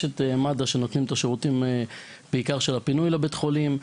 יש את מד"א שנותנים את שירותי הפינוי לבתי החולים,